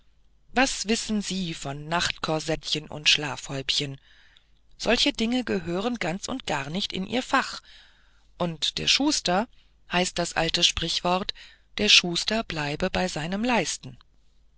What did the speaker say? was wissen sie von nachtkorsettchen und schlafhäubchen solche dinge gehören ganz und gar nicht in ihr fach und der schuster heißt ein altes sprichwort der schuster bleibe bei seinem leisten